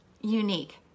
unique